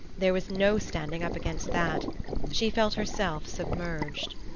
there was no standing up against that she felt herself submerged.